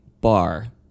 bar